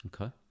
Okay